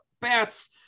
bats